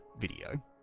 video